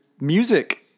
music